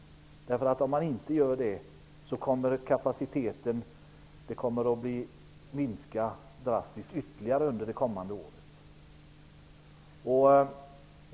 Om vi inte vidtar kraftåtgärder kommer kapaciteten ytterligare att minska drastiskt under det kommande året.